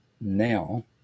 now